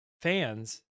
fans